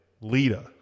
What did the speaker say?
Lita